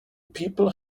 people